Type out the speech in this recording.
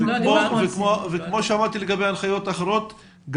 וכמו שאמרתי לגבי ההנחיות האחרות,